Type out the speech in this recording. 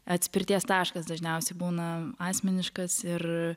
atspirties taškas dažniausiai būna asmeniškas ir